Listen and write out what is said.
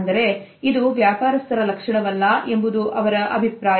ಅಂದರೆ ಇದು ವ್ಯಾಪಾರಸ್ಥರ ಲಕ್ಷಣವಲ್ಲ ಎಂಬುದು ಅವರ ಅಭಿಪ್ರಾಯ